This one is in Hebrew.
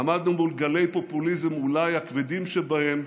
עמדנו מול גלי פופוליזם, אולי הכבדים שבהם,